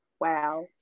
Wow